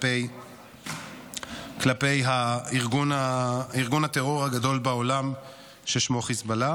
כלפי ארגון הטרור הגדול בעולם ששמו חיזבאללה.